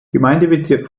gemeindebezirk